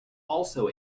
also